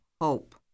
hope